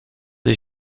des